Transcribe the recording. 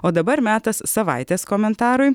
o dabar metas savaitės komentarui